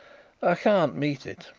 i can't meet it.